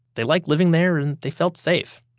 they liked living there and they felt safe.